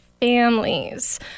families